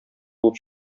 булып